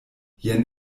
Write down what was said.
jen